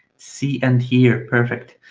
see, and hear perfect.